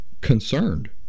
concerned